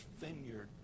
vineyard